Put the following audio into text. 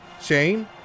shane